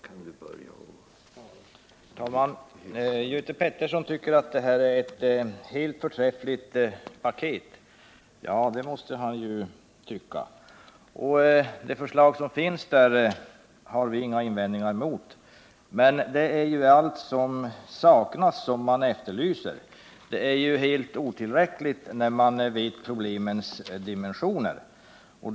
Herr talman! Göte Pettersson tycker att det här är ett helt förträffligt paket. Ja, det måste han ju tycka. Och de förslag som finns där har vi inga invändningar mot. Det är allt som saknas som är felet med det. För den som vet problemens dimensioner står det klart att det är helt otillräckligt.